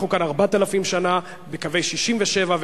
אנחנו כאן 4,000 שנה בקווי 67',